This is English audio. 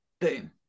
Boom